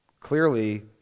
clearly